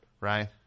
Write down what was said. Right